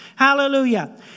Hallelujah